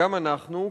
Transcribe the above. גם אנחנו,